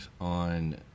on